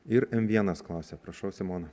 ir m vienas klausia prašau simona